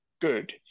good